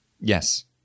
Yes